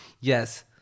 Yes